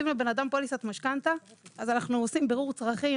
לבן אדם פוליסת משכנתא אז אנחנו עושים בירור צרכים,